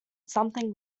something